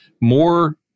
more